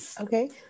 okay